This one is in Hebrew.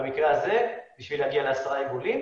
כדי להגיע לעשרה עיגולים,